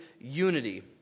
unity